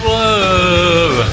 love